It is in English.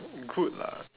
good lah